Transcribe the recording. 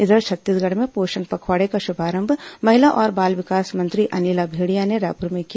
इधर छत्तीसगढ़ में पोषण पखवाड़े का शुभारंभ महिला और बाल विकास मंत्री अनिला भेंडिया ने रायपुर में किया